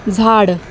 झाड